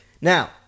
now